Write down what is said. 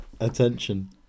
attention